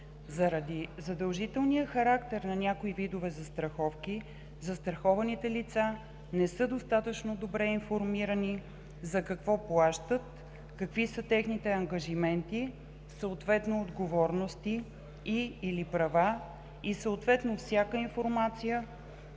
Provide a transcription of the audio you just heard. Заради задължителния характер на някои видове застраховки застрахованите лица не са достатъчно добре информирани за какво плащат, какви са техните ангажименти, съответно отговорности и/или права и съответно всяка информация